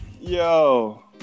Yo